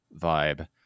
vibe